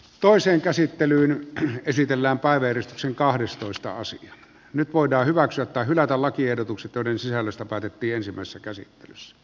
toiseen käsittelyyn esitellään parveili sen kahdestoista sija nyt voidaan hyväksyä tai hylätä lakiehdotukset joiden sisällöstä päätettiin ensimmäisessä käsittelyssä